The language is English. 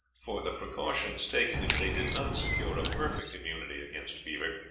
for the precautions taken, if they did not secure a perfect immunity against fever,